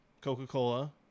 coca-cola